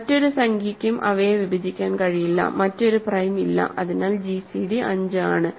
മറ്റൊരു സംഖ്യയ്ക്കും അവയെ വിഭജിക്കാൻ കഴിയില്ല മറ്റൊരു പ്രൈം ഇല്ല അതിനാൽ gcd 5 ആണ്